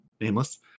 nameless